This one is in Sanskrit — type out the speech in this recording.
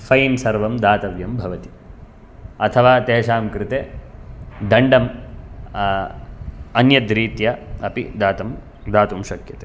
फैन् सर्वं दातव्यं भवति अथवा तेषां कृते दण्डम् अन्यद्रीत्या अपि दातुं दातुं शक्यते